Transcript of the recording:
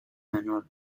menor